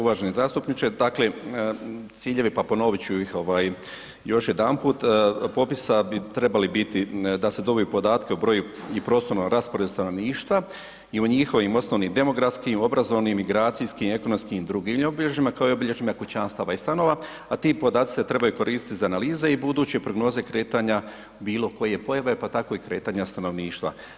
Uvaženi zastupniče, dakle ciljevi, pa ponovit ću ih još jedanput, popisa bi trebali biti da se dobe podatke o broju i prostornom rasporedu stanovništva i o njihovim osnovnim demografskim, obrazovnim, migracijskim, ekonomskim i drugim obilježjima kao i obilježjima kućanstava i stanova a ti podaci se trebaju koristiti za analize i buduće prognoze kretanja bilokoje pojave pa tako i kretanja stanovništva.